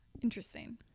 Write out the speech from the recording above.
Interesting